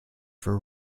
for